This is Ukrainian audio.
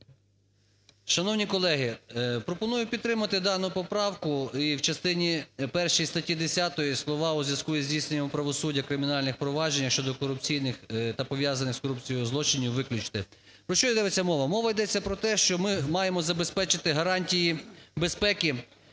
Шановні колеги, пропоную підтримати дану поправку. В частині першій статті 10 слова "у зв'язку зі здійсненням правосуддя у кримінальних провадженнях щодо корупційних та пов'язаних з корупцією злочинів" виключити. Про що йдеться мова? Мова йдеться про те, що ми маємо забезпечити гарантії безпеки